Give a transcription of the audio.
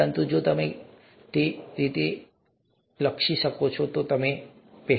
પરંતુ જો તમે તે રીતે લક્ષી છો તો તમને તેના માટે પહેલેથી જ અનુભૂતિ થશે